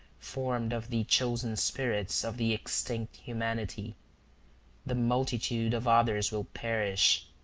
formed of the chosen spirits of the extinct humanity the multitude of others will perish.